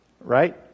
Right